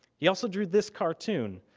he also drew this cartoon.